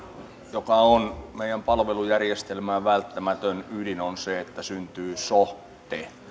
joka on meidän palvelujärjestelmään välttämätön ydin on se että syntyy so te